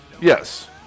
Yes